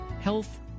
health